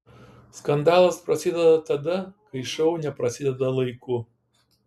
skandalas prasideda tada kai šou neprasideda laiku